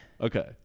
okay